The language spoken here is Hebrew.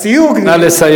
אז תהיו הוגנים, נא לסיים.